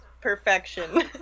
perfection